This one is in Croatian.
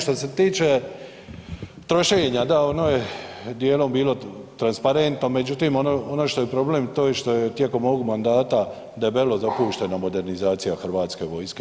Što se tiče trošenja, da ono je dijelom bilo transparentno, međutim ono što je problem to je što je tijekom ovog mandata debelo dopušteno modernizacija hrvatske vojske.